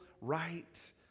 right